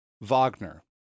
Wagner